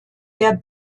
der